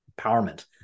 empowerment